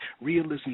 realism